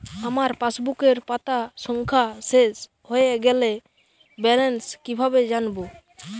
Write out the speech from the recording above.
আমার পাসবুকের পাতা সংখ্যা শেষ হয়ে গেলে ব্যালেন্স কীভাবে জানব?